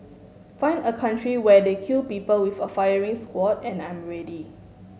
find a country where they kill people with a firing squad and I'm ready